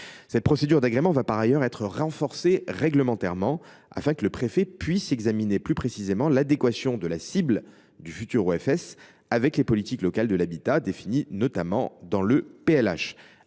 Cette procédure d’agrément sera par ailleurs renforcée réglementairement, afin que le préfet puisse examiner plus précisément l’adéquation de la cible du futur OFS avec les politiques locales de l’habitat définies notamment dans le